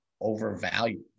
overvalued